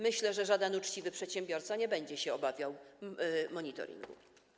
Myślę, że żaden uczciwy przedsiębiorca nie będzie się obawiał monitoringu.